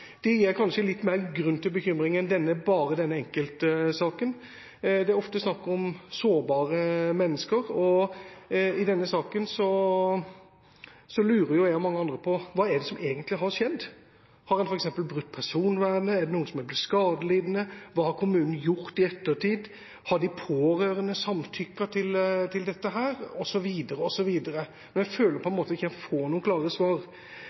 i denne saken lurer jeg og mange andre på hva det er som egentlig har skjedd. Har en f.eks. brutt personvernet, har noen blitt skadelidende, hva har kommunen gjort i ettertid, har de pårørende samtykket til dette osv. Jeg føler på en måte at jeg ikke får noen klare svar.